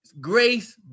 grace